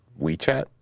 WeChat